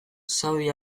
saudi